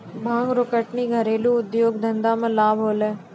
भांग रो कटनी घरेलू उद्यौग धंधा मे लाभ होलै